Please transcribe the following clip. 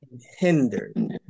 hindered